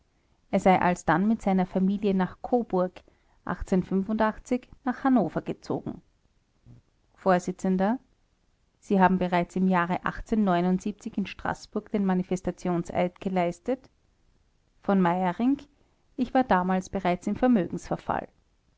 er sei alsdann mit seiner familie nach koburg nach hannover gezogen vors sie haben bereits im jahre in straßburg den manifestationseid geleistet v meyerinck ich war damals bereits im